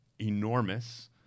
enormous